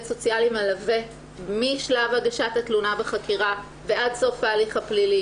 סוציאלי מלווה משלב הגשת התלונה בחקירה ועד סוף ההליך הפלילי.